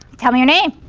tell me your name